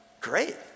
great